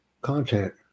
content